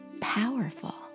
powerful